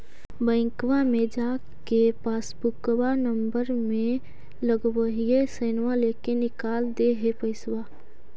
बैंकवा मे जा के पासबुकवा नम्बर मे लगवहिऐ सैनवा लेके निकाल दे है पैसवा?